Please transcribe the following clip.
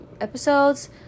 episodes